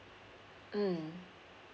mm